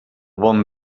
bon